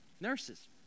Nurses